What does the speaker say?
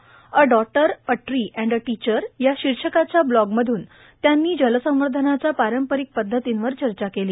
a daughter a tree and a teacher या वी काच्या ब्लॉगवरून त्यांनी जलसंवर्षनाच्या पारंपरिक पछतीवर चर्चा केली